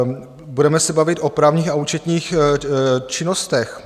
Budeme se bavit o právních a účetních činnostech.